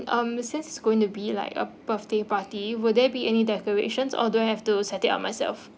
um since it's going to be like a birthday party will there be any decorations or do I have to set it all myself